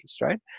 right